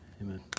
Amen